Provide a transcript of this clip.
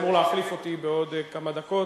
אמור להחליף אותי בעוד כמה דקות